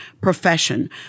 profession